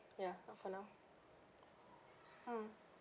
ya not for now hmm